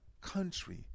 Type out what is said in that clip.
country